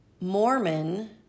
Mormon